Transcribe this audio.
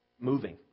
moving